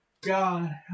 God